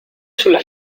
sulla